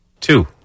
Two